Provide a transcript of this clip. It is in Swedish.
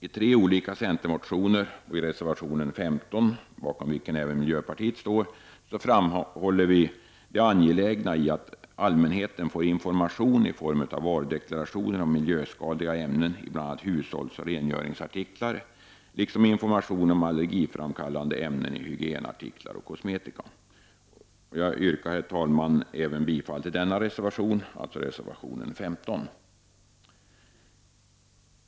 I tre olika centermotioner och i reservation 15, bakom vilken även miljöpartiet står, framhålls det angelägna i att allmänheten får information i form av varudeklarationer om miljöskadliga ämnen i bl.a. hushållsoch rengöringsartiklar liksom information om allergiframkallande ämnen i hygienartiklar och kosmetika. Herr talman! Jag yrkar bifall även till reservation 15.